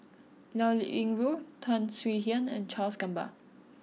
Liao Yingru Tan Swie Hian and Charles Gamba